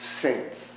saints